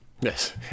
Yes